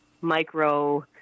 micro